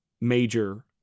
major